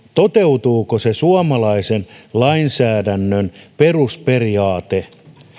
toteutuuko se suomalaisen lainsäädännön perusperiaate